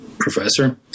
professor